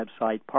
website